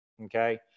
Okay